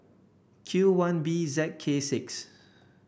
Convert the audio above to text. Q one B Z K six